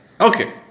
Okay